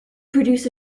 produce